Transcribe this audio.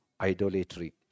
idolatry